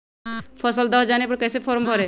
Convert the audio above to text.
फसल दह जाने पर कैसे फॉर्म भरे?